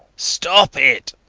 stop it.